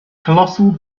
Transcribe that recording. colossal